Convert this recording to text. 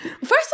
first